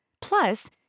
Plus